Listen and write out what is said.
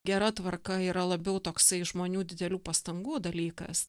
gera tvarka yra labiau toksai žmonių didelių pastangų dalykas